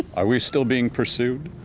are we still being pursued?